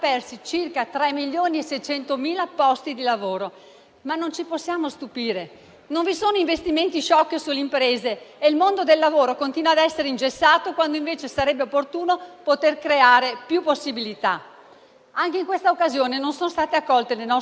per le assunzioni, ma anche per il mantenimento dei posti di lavoro. Il problema è che non vi sono progetti né a medio né a lungo termine. La mentalità di questo Governo è di tipo assistenzialista, e non propensa a investire per far girare l'economia e creare PIL.